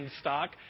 stock